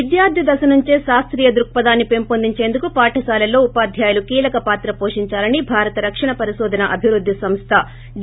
విద్యార్ధి దశ నుంచే శాస్రీయ ధ్రుక్సదాన్ని పెంపొందించేందుకు పాఠశాలల్లో ఉపాధ్యాయులు కీలక పాత్ర వోషించాలని భారత రక్షణ పరికోధన అభివ ్రుద్ది సంస్వ డి